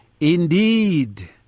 Indeed